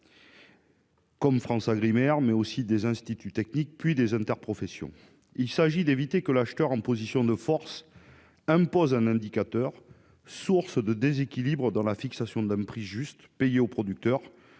de FranceAgriMer, des instituts techniques agricoles et des interprofessions. Il s'agit d'éviter que l'acheteur, en position de force, n'impose un indicateur qui soit source de déséquilibre dans la fixation d'un prix juste payé au producteur.